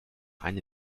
eine